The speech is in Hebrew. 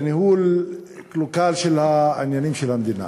לניהול קלוקל של העניינים של המדינה.